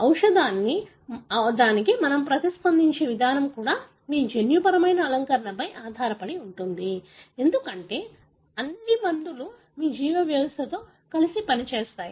ఔషధానికి మనము ప్రతిస్పందించే విధానం కూడా మీ జన్యుపరమైన అలంకరణపై ఆధారపడి ఉంటుంది ఎందుకంటే అన్ని తరువాత మందులు మీ జీవ వ్యవస్థతో కలిపి పనిచేస్తాయి